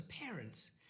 parents